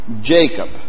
Jacob